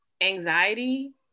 anxiety